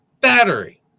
battery